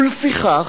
ולפיכך,